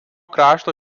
krašto